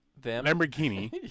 Lamborghini